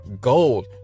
gold